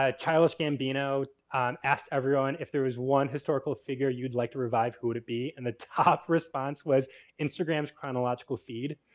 ah childish gambino asked everyone if there was one historical figure you'd like to revive, who would it be? and the top response was instagram's chronological feed.